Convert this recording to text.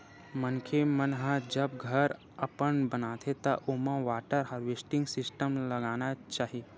मनखे मन ह जब घर अपन बनाथे त ओमा वाटर हारवेस्टिंग सिस्टम लगाना चाही